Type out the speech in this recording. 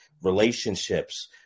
relationships